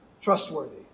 trustworthy